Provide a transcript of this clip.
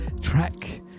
track